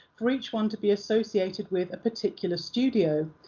for each one to be associated with a particular studio.